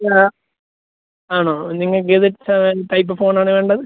യാ ആണോ നിങ്ങൾക്ക് ഏത് ടൈപ്പ് ഫോണ് ആണ് വേണ്ടത്